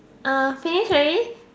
uh finish already